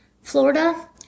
Florida